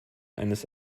eines